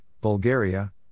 Bulgaria